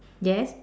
yes